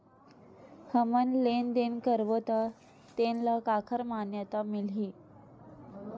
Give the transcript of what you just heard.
हमन लेन देन करबो त तेन ल काखर मान्यता मिलही?